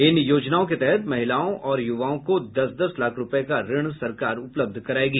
इन योजनाओं के तहत महिलाओं और युवाओं को दस दस लाख रूपये का ऋण सरकार उपलब्ध करायेगी